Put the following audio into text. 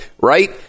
right